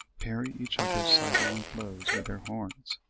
parry each other's sidelong blows with their horns,